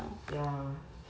ya